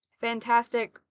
fantastic